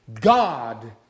God